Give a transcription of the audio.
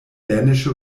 dänische